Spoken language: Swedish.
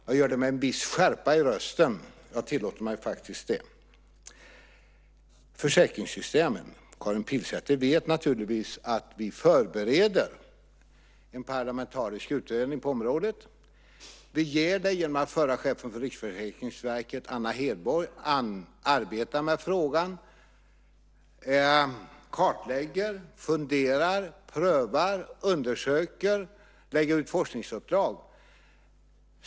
Jag gör det med en viss skärpa i rösten. Jag tillåter mig faktiskt det. Karin Pilsäter vet naturligtvis att vi förbereder en parlamentarisk utredning om försäkringssystemen. Förra chefen för Riksförsäkringsverket Anna Hedborg arbetar med frågan. Hon kartlägger, funderar, prövar, undersöker och lägger ut forskningsuppdrag.